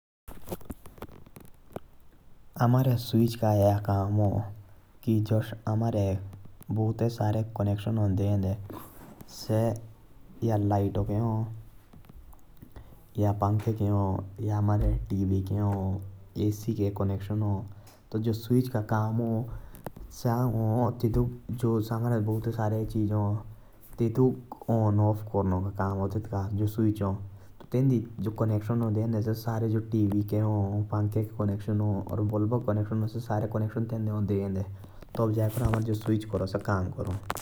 हमारे स्विच का यह काम है। जो कनेक्शन हो, दियें से यह लगता कि यह पंखे के है या टीवी के है एसी के कनेक्शन है। स्विच का काम ऑन ऑफ करना है।